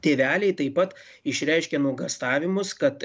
tėveliai taip pat išreiškė nuogąstavimus kad